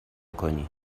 کنی